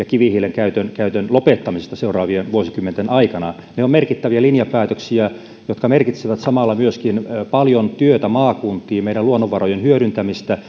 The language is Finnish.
kivihiilen käytön käytön lopettamisesta seuraavien vuosikymmenten aikana ne ovat merkittäviä linjapäätöksiä jotka merkitsevät samalla myöskin paljon työtä maakuntiin meidän luonnonvarojemme hyödyntämistä